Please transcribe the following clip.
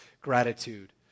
gratitude